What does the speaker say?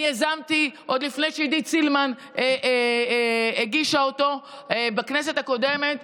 אני יזמתי עוד לפני שעידית סילמן הגישה אותו בכנסת הקודמת,